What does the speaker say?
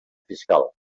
fiscal